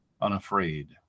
unafraid